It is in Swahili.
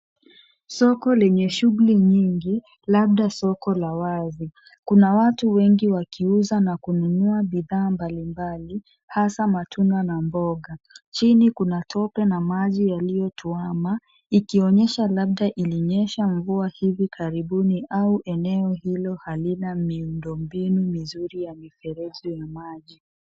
Soko lenye shughuli nyingi, labda soko la wazi. Kuna watu wengi wakiuza na kununua bidhaa mbalimbali hasa matunda na mboga. Chini kuna matope na maji yaliyotuama ikionyesha labda ilinyesha mvua hivi karibuni au eneo hilo halina miundombinu mizuri ya mifereji ya maji.